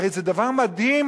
הרי זה דבר מדהים,